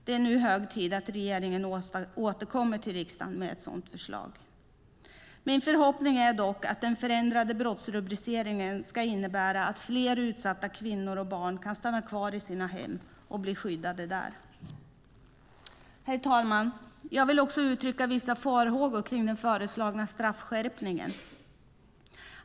Det är nu hög tid att regeringen återkommer till riksdagen med ett sådant förslag. Min förhoppning är dock att den förändrade brottsrubriceringen ska innebära att fler utsatta kvinnor och barn kan stanna kvar i sina hem och bli skyddade där. Herr talman! Jag vill uttrycka vissa farhågor kring den föreslagna straffskärpningen.